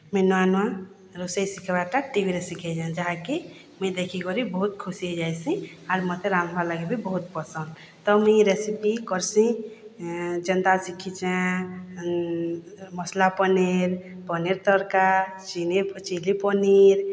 ମୁଇଁ ନୂଆ ନୂଆ ରୋଷେଇ ଶିଖ୍ବାର୍ଟା ଟିଭିରେ ଶିଖିଚେଁ ଯାହାକି ମୁଇଁ ଦେଖିକରି ବହୁତ୍ ଖୁସି ହେଇଯାଏସି ଆର୍ ମତେ ରାନ୍ଧ୍ବାର୍ ଲାଗିବି ବହୁତ୍ ପସନ୍ଦ୍ ତ ମୁଇଁ ରେସିପି କର୍ସି ଯେନ୍ତା ଶିଖିଚେଁ ମସ୍ଲା ପନିର୍ ପନିର୍ ତଡ଼୍କା ଚିଲି ଚିଲି ପନିର୍